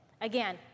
again